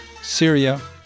Syria